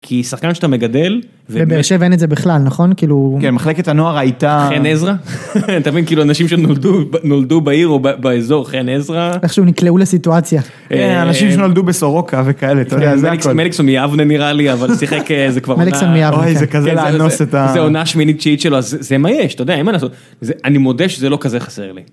כי שחקן שאתה מגדל -ובבאר שבע אין את זה בכלל, נכון? כאילו - כן, מחלקת הנוער הייתה, חן עזרא? אתה מבין, כאילו אנשים שנולדו נולדו בעיר או באזור - חן עזרא - איך שהוא נקלעו לסיטואציה אנשים שנולדו בסורוקה וכאלה אתה יודע. מליקסון מיבנה נראה לי, אבל שיחק זה כבר - מליקסון מיבנה, אוי, זה כזה לאנוס את ה - זה עונה שמינית תשיעית שלו - זה מה יש, אתה יודע, מה לעשות. אני מודה שזה לא כזה חסר לי.